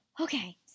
Okay